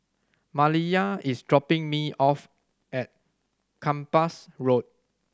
Maliyah is dropping me off at Kempas Road